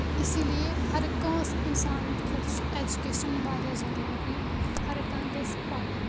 اسی لیے ہر کٲنٛسہِ اِنسانَ سٕنٛد خٲطرٕ چھِ ایٚجکیشن واریاہ ضروٗری ہَر کانٛہہ گژھِ پَرُن